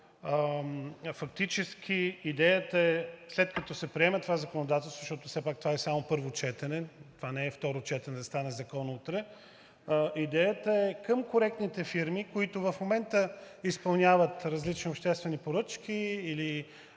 фактически идеята е, след като се приеме това законодателство, защото все пак това е само първо четене, това не е второ четене, да стане закон утре, идеята е към коректните фирми, които в момента изпълняват различни обществени поръчки или